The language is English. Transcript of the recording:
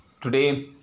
today